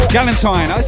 Galentine